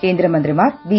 കേ ന്ദ്രമന്ത്രിമാർ ബി